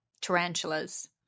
tarantulas